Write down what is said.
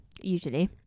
usually